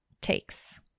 takes